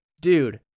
dude